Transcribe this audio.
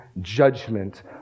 judgment